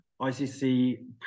ICC